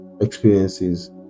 Experiences